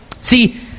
See